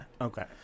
Okay